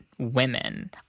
women